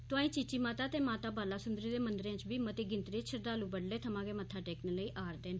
तोआईं चीची माता ते माता बालासुंदरी दे मंदरें च बी मती गिनतरी च श्रद्धालु बडलै थमां गै मत्था टेकने लेई आ'रदे न